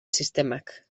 sistemak